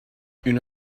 une